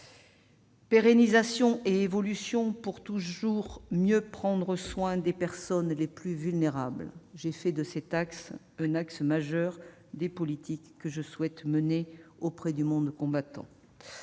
Pérennisation et évolution, afin de toujours mieux prendre soin des personnes les plus vulnérables- j'ai fait de ce sujet un axe majeur des politiques que je souhaite mener auprès du monde combattant.